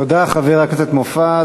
תודה, חבר הכנסת מופז.